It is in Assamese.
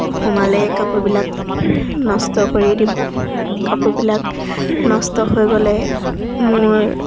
সোমালে কাপোৰবিলাক নষ্ট কৰি দিব কাপোৰবিলাক নষ্ট হৈ গ'লে মোৰ